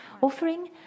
offering